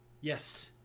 Yes